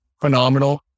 phenomenal